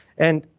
and.